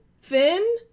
Finn